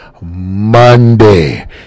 Monday